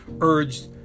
urged